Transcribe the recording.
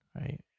right